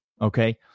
okay